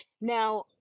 now